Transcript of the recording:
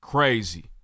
Crazy